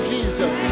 Jesus